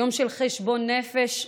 יום של חשבון נפש ציבורי.